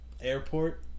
airport